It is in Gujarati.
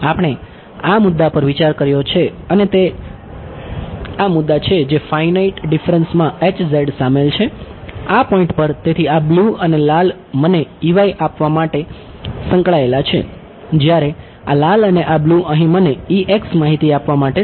આપણે આ મુદ્દા પર વિચાર કર્યો છે અને આ તે મુદ્દા છે જે આ ફાઇનાઇટ માં સામેલ છે આ પોઈન્ટ મને આપવા સાથે સંકળાયેલા છે જ્યારે આ લાલ અને આ બ્લૂ અહીં મને માહિતી આપવા માટે સામેલ છે